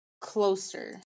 closer